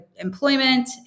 employment